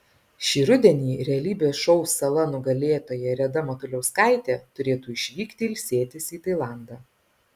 šį rudenį realybės šou sala nugalėtoja reda matuliauskaitė turėtų išvykti ilsėtis į tailandą